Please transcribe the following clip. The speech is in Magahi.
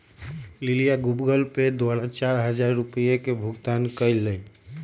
लिलीया गूगल पे द्वारा चार हजार रुपिया के भुगतान कई लय